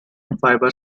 fiber